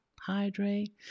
hydrate